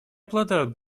обладают